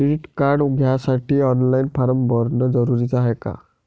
Credit card घ्यासाठी online form भरन जरुरीच हाय का?